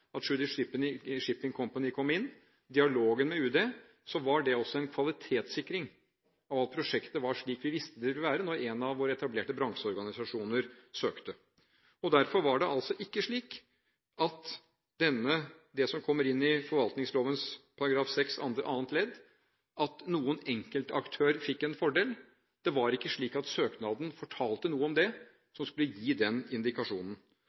at Tschudi Shipping Company kom inn og det var dialog med Utenriksdepartementet, var det også en kvalitetssikring av at prosjektet var slik vi visste det ville være når en av våre etablerte bransjeorganisasjoner søkte. Derfor var det altså ikke slik – det som kommer inn i forvaltningsloven § 6 annet ledd – at noen enkeltaktør fikk en fordel. Det var ikke slik at søknaden fortalte noe om